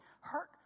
hurt